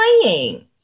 playing